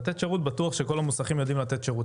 לתת שירות, בטוח שכל המוסכים יודעים לתת שירות.